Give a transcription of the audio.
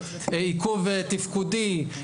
עיכוב תפקודי,